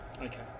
Okay